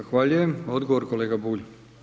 Zahvaljujem odgovor kolega Bulj.